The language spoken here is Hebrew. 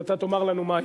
אז אתה תאמר לנו מהי.